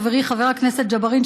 חברי חבר הכנסת ג'בארין,